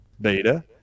Beta